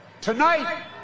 Tonight